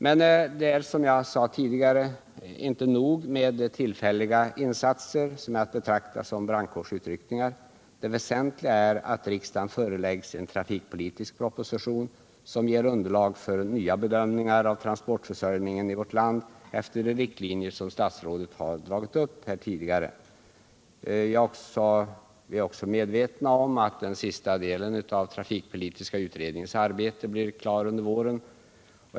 Men det är inte, som jag sade tidigare, nog med tillfälliga insatser, som kan betraktas som brandkårsutryckningar. Det väsentliga är att riksdagen föreläggs en trafikpolitisk proposition, som ger underlag för nya bedömningar av transportförsörjningen i vårt land, efter de riktlinjer statsrådet har dragit upp här tidigare. Den sista delen av trafikpolitiska utredningens arbete blir klar under våren.